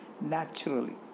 naturally